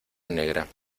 negra